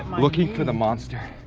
looking for the monster.